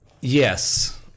Yes